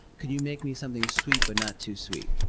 could you make me something sweet but not too sweet?